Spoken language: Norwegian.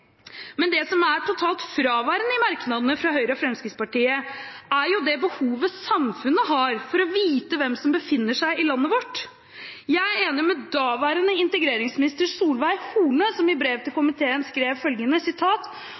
men det som er totalt fraværende i merknadene fra Høyre og Fremskrittspartiet, er det behovet samfunnet har for å vite hvem som befinner seg i landet vårt. Jeg er enig med daværende integreringsminister Solveig Horne, som i brevet til komiteen skrev følgende: